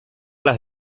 las